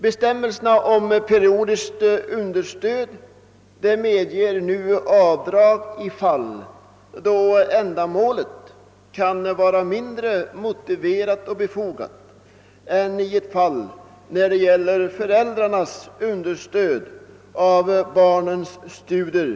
Bestämmelserna om Pperiodiskt understöd medger nu avdrag i fall då det med hänsyn till ändamålet är mindre motiverat och befogat än då det gäller föräldrarnas understöd till sina barns studier.